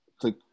Click